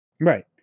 Right